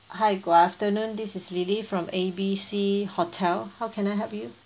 hi good afternoon this is lily from A B C hotel how can I help you